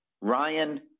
Ryan